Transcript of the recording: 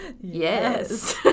Yes